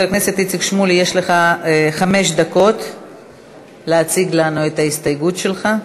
יש לך חמש דקות להציג לנו את ההסתייגות שלך.